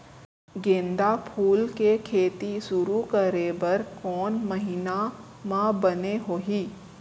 गेंदा फूल के खेती शुरू करे बर कौन महीना मा बने होही?